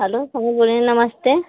hello हम ही बोल रहे हैं नमस्ते